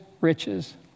riches